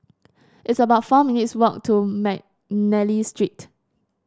it's about four minutes' walk to McNally Street